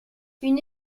une